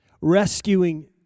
rescuing